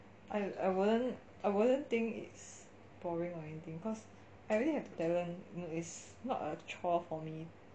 I I wouldn't I wouldn't think it's boring or anything cause I really have the talent is not a chore for me